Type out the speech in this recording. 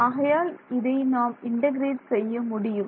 ஆகையால் இதை நாம் இன்டெக்ரேட் செய்ய முடியும்